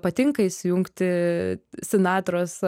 patinka įsijungti sinatros